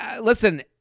Listen